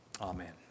Amen